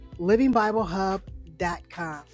livingbiblehub.com